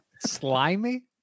Slimy